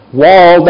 wall